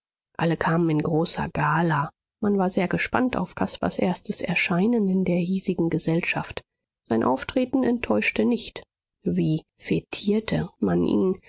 alle kamen in großer gala man war sehr gespannt auf caspars erstes erscheinen in der hiesigen gesellschaft sein auftreten enttäuschte nicht wie fetierte man ihn